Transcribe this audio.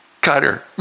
cutter